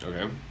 Okay